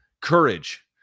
courage